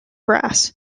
brass